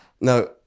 no